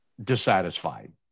dissatisfied